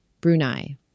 Brunei